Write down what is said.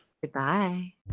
goodbye